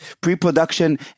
pre-production